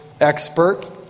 expert